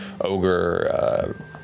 ogre